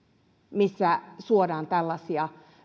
missä suodaan tällaisia